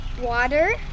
Water